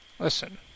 Listen